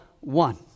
one